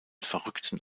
verrückten